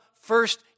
first